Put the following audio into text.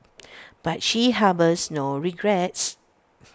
but she harbours no regrets